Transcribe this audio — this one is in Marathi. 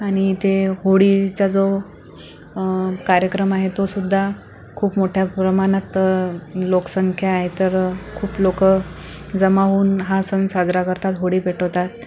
आणि इथे होळीचा जो कार्यक्रम आहे तो सुद्धा खूप मोठ्या प्रमाणात लोकसंख्या आहे तर खूप लोक जमा होऊन हा सण साजरा करतात होळी पेटवतात